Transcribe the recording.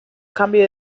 cambio